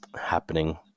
happening